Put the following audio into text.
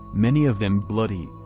many of them bloody,